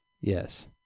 Yes